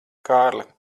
kārli